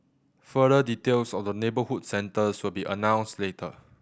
further details of the neighbourhood centres will be announced later